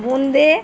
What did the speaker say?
বোঁদে